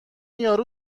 یارو